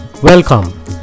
Welcome